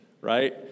right